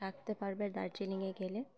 রাখতে পারবে দার্জিলিংয়ে গেলে